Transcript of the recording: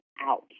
out